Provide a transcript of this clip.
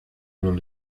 los